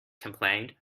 complained